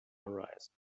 horizon